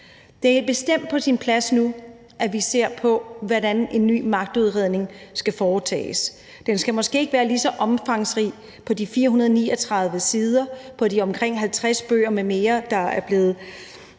Det er bestemt på sin plads nu, at vi ser på, hvordan en ny magtudredning skal foretages. Den skal måske ikke være lige så omfangsrig som de 439 sider og de omkring 50 bøger m.m., der er blevet